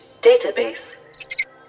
database